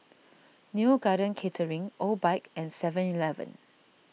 Neo Garden Catering Obike and Seven Eleven